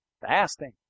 fasting